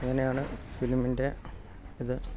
അങ്ങനെയാണ് ഫിലിമിന്റെ ഇത്